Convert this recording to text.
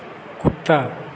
कुत्ता